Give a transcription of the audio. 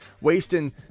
wasting